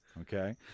okay